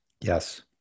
Yes